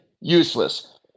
useless